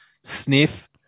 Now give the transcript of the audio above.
sniff